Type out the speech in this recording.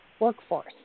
workforce